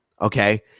okay